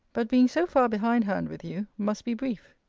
but being so far behind-hand with you, must be brief.